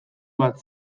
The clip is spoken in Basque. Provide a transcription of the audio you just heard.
bat